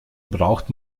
braucht